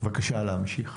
בבקשה, להמשיך.